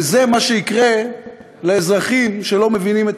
וזה מה שיקרה לאזרחים שלא מבינים את